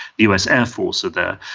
us air force are there.